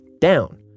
down